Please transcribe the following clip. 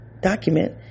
document